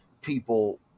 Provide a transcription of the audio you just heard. people